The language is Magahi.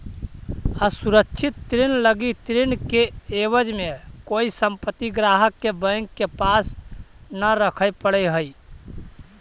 असुरक्षित ऋण लगी ऋण के एवज में कोई संपत्ति ग्राहक के बैंक के पास न रखे पड़ऽ हइ